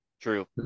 true